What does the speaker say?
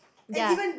ya